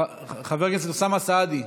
חבר הכנסת אוסאמה סעדי.